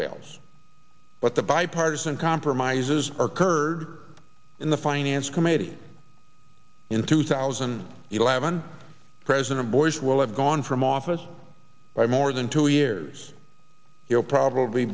fails but the bipartisan compromises are curd in the finance committee in two thousand and eleven president bush will have gone from office by more than two years he will probably